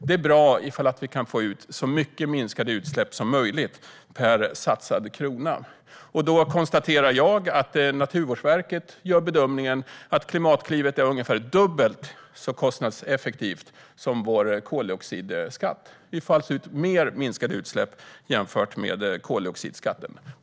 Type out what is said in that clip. Det är bra om vi kan få ut så mycket minskade utsläpp som möjligt per satsad krona. Jag konstaterar att Naturvårdsverket gör bedömningen att Klimatklivet är ungefär dubbelt så kostnadseffektivt som vår koldioxidskatt. Vi får ut mer minskade utsläpp jämfört med koldioxidskatten.